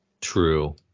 True